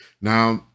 now